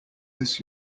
this